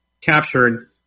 captured